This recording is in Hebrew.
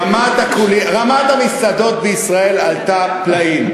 רמת המסעדות בישראל עלתה פלאים,